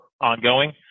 ongoing